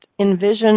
envision